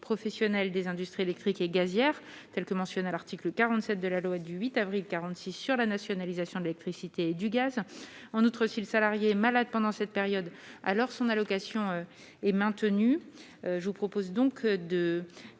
professionnels des industries électriques et gazières telle que mentionnée à l'article 47 de la loi du 8 avril 46 sur la nationalisation de l'électricité et du gaz, en outre, si le salarié malade pendant cette période, alors son allocation est maintenue, je vous propose donc de